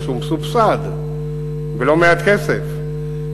שהוא מסובסד בלא-מעט כסף,